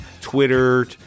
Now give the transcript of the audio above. Twitter